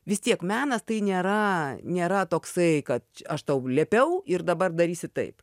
vis tiek menas tai nėra nėra toksai kad aš tau liepiau ir dabar darysi taip